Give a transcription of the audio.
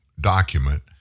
document